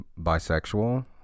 bisexual